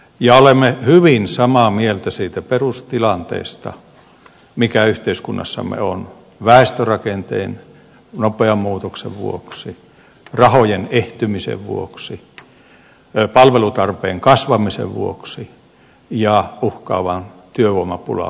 ja olemme hyvin samaa mieltä siitä perustilanteesta mikä yhteiskunnassamme on väestörakenteen nopean muutoksen vuoksi rahojen ehtymisen vuoksi palvelutarpeen kasvamisen vuoksi ja uhkaavan työvoimapulan vuoksi